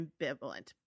ambivalent